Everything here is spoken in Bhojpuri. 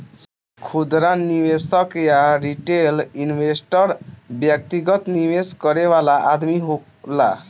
खुदरा निवेशक या रिटेल इन्वेस्टर व्यक्तिगत निवेश करे वाला आदमी होला